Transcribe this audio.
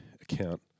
account